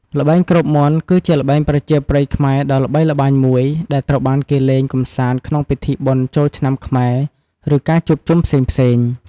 ល្បែងគ្របមាន់ គឺជាល្បែងប្រជាប្រិយខ្មែរដ៏ល្បីល្បាញមួយ ដែលត្រូវបានគេលេងកម្សាន្តក្នុងពិធីបុណ្យចូលឆ្នាំខ្មែរ ឬការជួបជុំផ្សេងៗ។